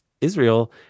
Israel